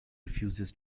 refuses